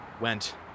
went